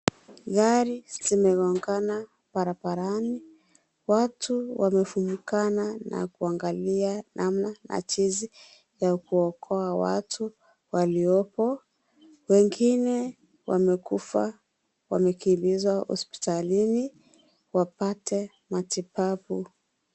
Gari zimegongana barabarani. Watu wamefumukana na kuangalia namna ajizi ya kuokoa watu waliopo. Wengine wamekufa. Wamekimbizwa hospitalini wapate matibabu.